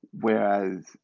Whereas